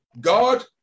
god